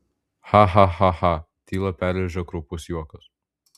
ha ha ha ha tylą perrėžė kraupus juokas